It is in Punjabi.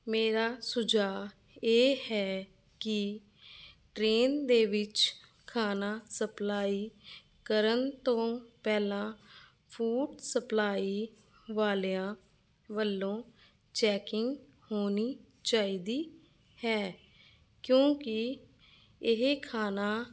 ਮੇਰਾ ਸੁਝਾਅ ਇਹ ਹੈ ਕਿ ਟਰੇਨ ਦੇ ਵਿੱਚ ਖਾਣਾ ਸਪਲਾਈ ਕਰਨ ਤੋਂ ਪਹਿਲਾਂ ਫੂਡ ਸਪਲਾਈ ਵਾਲਿਆਂ ਵੱਲੋਂ ਚੈਕਿੰਗ ਹੋਣੀ ਚਾਹੀਦੀ ਹੈ ਕਿਉਂਕਿ ਇਹ ਖਾਣਾ